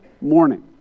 morning